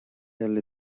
eile